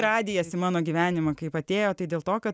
radijas į mano gyvenimą kaip atėjo tai dėl to kad